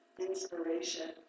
Inspiration